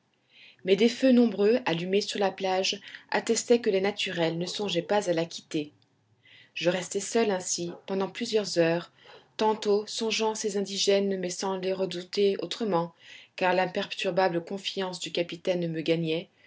mais des feux nombreux allumés sur la plage attestaient que les naturels ne songeaient pas à la quitter je restai seul ainsi pendant plusieurs heures tantôt songeant ces indigènes mais sans les redouter autrement car l'imperturbable confiance du capitaine me gagnait